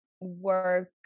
work